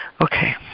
Okay